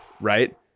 right